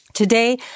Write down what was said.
Today